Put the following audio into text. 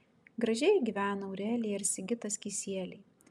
gražiai gyvena aurelija ir sigitas kisieliai